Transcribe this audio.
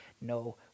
no